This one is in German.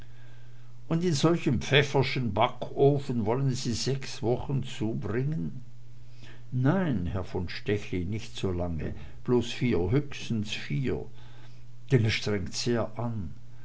und in solchem pfäffersschen backofen wollen sie sechs wochen zubringen nein herr von stechlin nicht so lange bloß vier höchstens vier denn es strengt sehr an